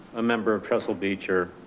a member of trestle beach, or,